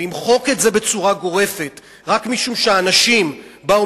למחוק את זה בצורה גורפת רק משום שאנשים באו